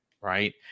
Right